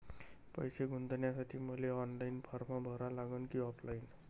पैसे गुंतन्यासाठी मले ऑनलाईन फारम भरा लागन की ऑफलाईन?